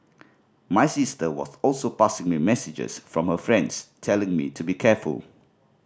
my sister was also passing me messages from her friends telling me to be careful